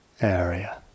area